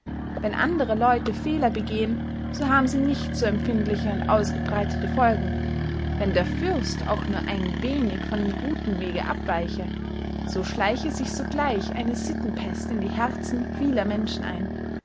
wenn andere leute fehler begehen so haben sie nicht so empfindliche und ausgebreitete folgen wenn der fürst auch nur ein wenig von dem guten weg abweiche so schleiche sich sogleich eine sittenpest in die herzen vieler menschen ein